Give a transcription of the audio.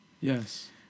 Yes